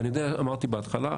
אמרתי בהתחלה,